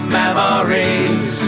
memories